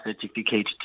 certificate